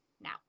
now